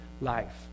life